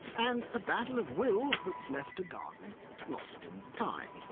and a battle of wills that's left a garden lost in time.